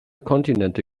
kontinente